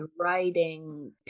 writing